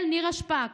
אל: נירה שפק.